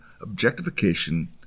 objectification